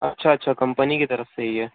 اچھا اچھا کمپنی کی طرف سے ہی ہے